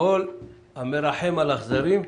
"כל המרחם על אכזרים,